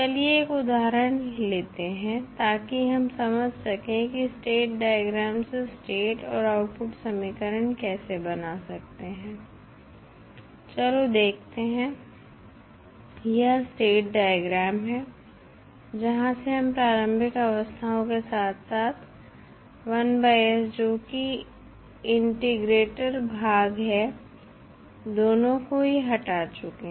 चलिये एक उदाहरण लेते हैं ताकि हम समझ सकें कि स्टेट डायग्राम से स्टेट और आउटपुट समीकरण कैसे बना सकते हैं चलो देखते हैं यह स्टेट डायग्राम है जहां से हम प्रारंभिक अवस्थाओं के साथ साथ जो कि इंटेग्रटोर भाग है दोनों को ही हटा चुके हैं